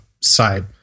side